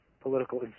political